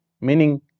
Meaning